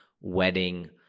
wedding